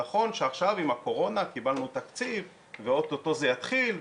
נכון שעכשיו עם הקורונה קיבלנו תקציב ואוטוטו זה יתחיל,